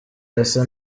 arasa